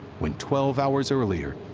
when twelve hours earlier,